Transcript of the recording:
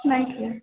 नइखे